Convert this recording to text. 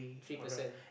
three person